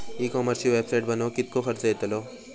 E कॉमर्सची website बनवक किततो खर्च येतलो?